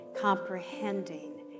comprehending